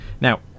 Now